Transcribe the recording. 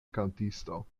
kantisto